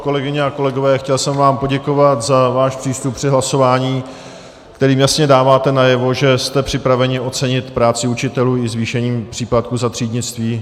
Kolegyně a kolegové, chtěl jsem vám poděkovat za váš přístup při hlasování, kterým jasně dáváte najevo, že jste připraveni ocenit práci učitelů i zvýšením příplatku za třídnictví.